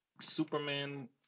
Superman